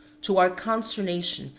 to our consternation,